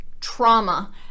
trauma